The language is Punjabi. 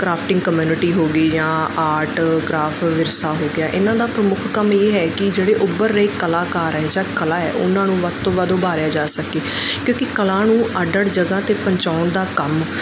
ਕਰਾਫਟਿੰਗ ਕਮਿਊਨਿਟੀ ਹੋ ਗਈ ਜਾਂ ਆਰਟ ਕਰਾਫ ਵਿਰਸਾ ਹੋ ਗਿਆ ਇਹਨਾਂ ਦਾ ਪ੍ਰਮੁੱਖ ਕੰਮ ਇਹ ਹੈ ਕਿ ਜਿਹੜੇ ਉੱਭਰ ਰਹੇ ਕਲਾਕਾਰ ਹਨ ਜਾਂ ਕਲਾ ਹੈ ਉਹਨਾਂ ਨੂੰ ਵੱਧ ਤੋਂ ਵੱਧ ਉਭਾਰਿਆ ਜਾ ਸਕੇ ਕਿਉਂਕਿ ਕਲਾ ਨੂੰ ਅੱਡ ਅੱਡ ਜਗ੍ਹਾ ਤੇ ਪਹੁੰਚਾਉਣ ਦਾ ਕੰਮ